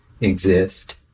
exist